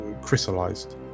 crystallized